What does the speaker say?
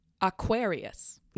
Aquarius